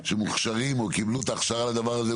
שמוכשרים או קיבלו את ההכשרה לדבר הזה,